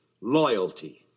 loyalty